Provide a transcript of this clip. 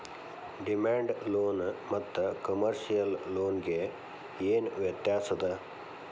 Demand loan ಮತ್ತ commercial loan ಗೆ ಏನ್ ವ್ಯತ್ಯಾಸದ?